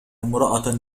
امرأة